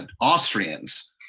Austrians